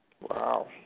Wow